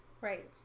Right